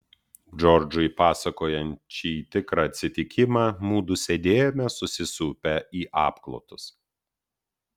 džordžui pasakojant šį tikrą atsitikimą mudu sėdėjome susisupę į apklotus